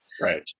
Right